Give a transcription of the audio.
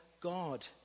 God